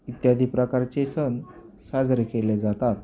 इत्यादी प्रकारचे सण साजरे केले जातात